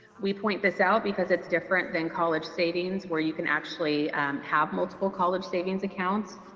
we point this out because it's different than college savings where you can actually have multiple college savings accounts.